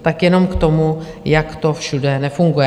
Tak jenom k tomu, jak to všude nefunguje.